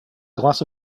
glass